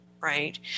right